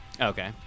Okay